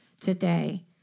today